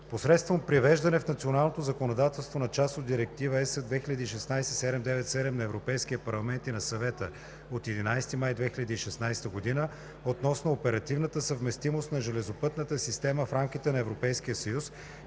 Посредством привеждане в националното законодателство на част от Директива (ЕС) 2016/797 на Европейския парламент и на Съвета от 11 май 2016 г. относно оперативната съвместимост на железопътната система в рамките на Европейския съюз,